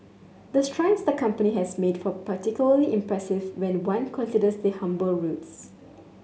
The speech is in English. the strides the company has made for particularly impressive when one considers their humble roots